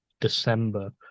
December